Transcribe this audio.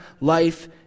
life